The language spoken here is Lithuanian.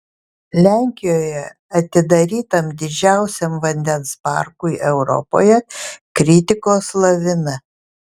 lenkijoje atidarytam didžiausiam vandens parkui europoje kritikos lavina